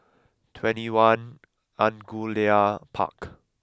twenty one Angullia Park